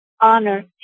honor